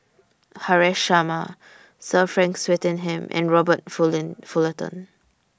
Haresh Sharma Sir Frank Swettenham and Robert Fullerton